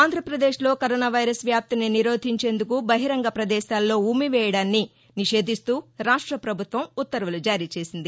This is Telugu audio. ఆంధ్రప్రదేశ్లో కరోనా వైరస్ వ్యాప్తిని నిరోధించేందుకు బహిరంగ ప్రదేశాల్లో ఉమ్మివేయడాన్ని నిషేధిస్తూ రాష్ట ప్రభుత్వం ఉత్తర్వులు జారీ చేసింది